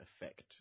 Effect